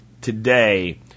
today